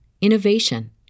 innovation